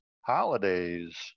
holidays